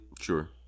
sure